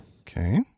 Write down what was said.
Okay